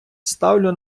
ставлю